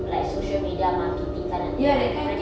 like social media kind of thing [what] no meh